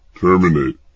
Terminate